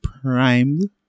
primed